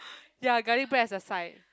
ya garlic bread as a side